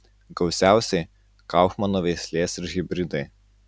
gausiausiai kaufmano veislės ir hibridai